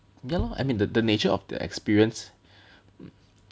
ya lor I mean the the nature of the experience